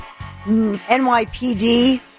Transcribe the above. NYPD